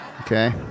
Okay